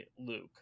Luke